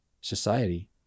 society